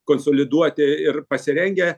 konsoliduoti ir pasirengę